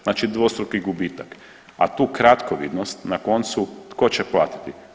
Znači dvostruki gubitak, a tu kratkovidnost na koncu, tko će platiti?